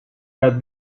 got